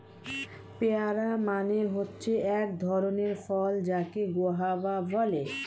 pair মানে হচ্ছে এক ধরণের ফল যাকে গোয়াভা বলে